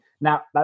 Now